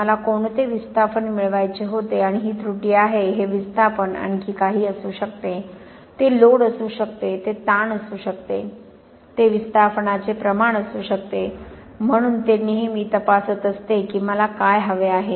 मला कोणते विस्थापन मिळवायचे होते आणि ही त्रुटी आहे हे विस्थापन आणखी काही असू शकते ते लोड असू शकते ते ताण असू शकते ते विस्थापनाचे प्रमाण असू शकते म्हणून ते नेहमी तपासत असते की मला काय हवे आहे